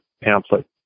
pamphlet